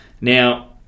Now